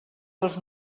dels